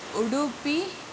Udupi